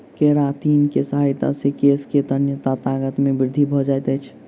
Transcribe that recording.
keratin के सहायता से केश के तन्यता ताकत मे वृद्धि भ जाइत अछि